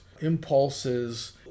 impulses